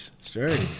straight